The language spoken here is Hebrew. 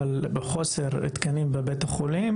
אבל יש חוסר בתקנים בבתי החולים.